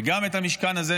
וגם את המשכן הזה,